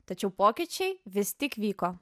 tačiau pokyčiai vis tik vyko